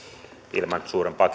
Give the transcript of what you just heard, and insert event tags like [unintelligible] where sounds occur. ilman suurempaa [unintelligible]